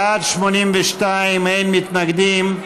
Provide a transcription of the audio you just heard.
בעד, 82, אין מתנגדים,